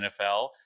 NFL